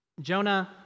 jonah